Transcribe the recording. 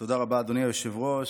תודה רבה, אדוני היושב-ראש.